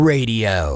Radio